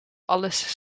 alles